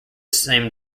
same